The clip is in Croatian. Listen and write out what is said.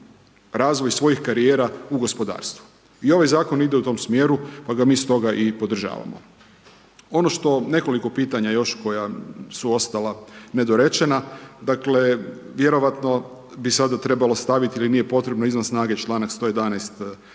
razvoj svojih karijera u gospodarstvu. I ovaj zakon ide u tom smjeru pa ga mi stoga i podržavamo. Nekoliko pitanja još koja su ostala nedorečena, dakle vjerojatno bi sada trebalo staviti ili nije potrebno izvan snage članak 111.